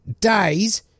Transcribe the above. days